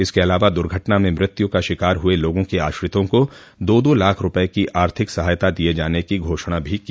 इसके अलावा दुर्घटना में मृत्यु का शिकार हुए लोगों के आश्रितों को दो दो लाख रूपये की आर्थिक सहायता दिये जोने की घोषणा भी की